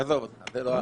עזוב, זה לא הדיון,